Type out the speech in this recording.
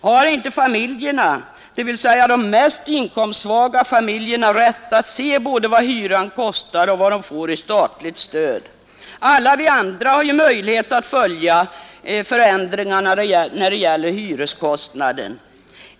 Har inte dessa familjer, dvs. de mest inkomstsvaga, rätt att se både vad hyran kostar och vad de får i statligt stöd? Alla vi andra har ju möjlighet att följa förändringarna när det gäller hyreskostnaden.